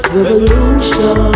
Revolution